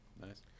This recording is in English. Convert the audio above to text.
Nice